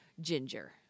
ginger